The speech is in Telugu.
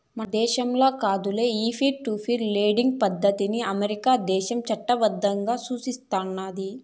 మన దేశంల కాదులే, ఈ పీర్ టు పీర్ లెండింగ్ పద్దతికి అమెరికా దేశం చట్టబద్దంగా సూస్తున్నాది